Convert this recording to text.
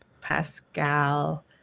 Pascal